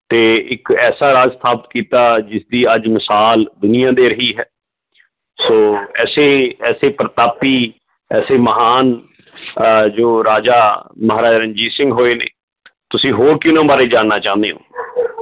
ਅਤੇ ਇੱਕ ਐਸਾ ਰਾਜ ਸਥਾਪਿਤ ਕੀਤਾ ਜਿਸਦੀ ਅੱਜ ਮਿਸਾਲ ਦੁਨੀਆਂ ਦੇ ਰਹੀ ਹੈ ਸੋ ਐਸੇ ਐਸੇ ਪ੍ਰਤਾਪੀ ਐਸੇ ਮਹਾਨ ਜੋ ਰਾਜਾ ਮਹਾਰਾਜਾ ਰਣਜੀਤ ਸਿੰਘ ਹੋਏ ਨੇ ਤੁਸੀਂ ਹੋਰ ਕਿਹਨਾਂ ਬਾਰੇ ਜਾਣਨਾ ਚਾਹੁੰਦੇ ਹੋ